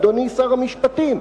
אדוני שר המשפטים.